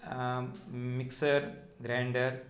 mixer grinder